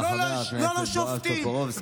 חבר הכנסת בועז טופורובסקי.